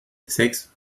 sechs